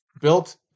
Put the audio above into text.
built